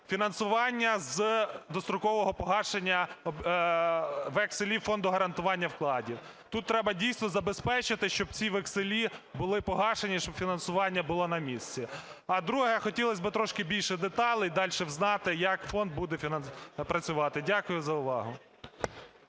фінансування з дострокового погашення векселів Фонду гарантування вкладів. Тут треба, дійсно, забезпечити, щоб ці векселі були погашені, щоб фінансування було на місці. А друге – хотілося б трошки більше деталей дальше взнати, як фонд буде працювати. Дякую за увагу.